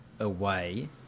away